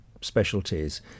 specialties